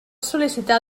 sol·licitar